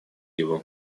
его